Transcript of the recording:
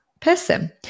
person